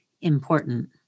important